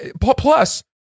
plus